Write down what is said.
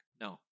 No